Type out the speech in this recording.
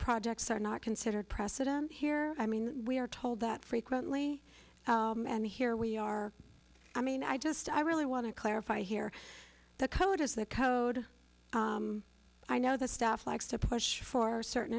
projects are not considered precedent here i mean we are told that frequently and here we are i mean i just i really want to clarify here the code is the code i know the staff likes to push for certain